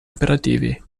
operativi